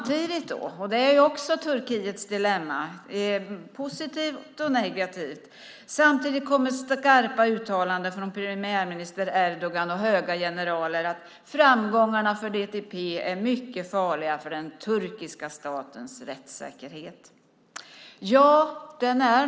Turkiets dilemma - det är positivt och negativt - är att det samtidigt kommer skarpa uttalanden från premiärminister Erdogan och höga generaler om att framgångarna för DTP är mycket farliga för den turkiska statens rättssäkerhet.